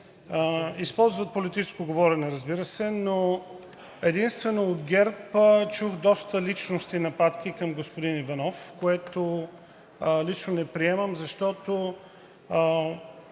използват политическо говорене, разбира се, но единствено от ГЕРБ чух доста личностни нападки към господин Иванов, което лично не приемам, защото